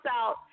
out